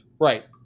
Right